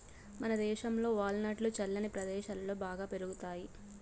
మనదేశంలో వాల్ నట్లు చల్లని ప్రదేశాలలో బాగా పెరుగుతాయి